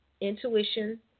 Intuition